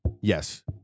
yes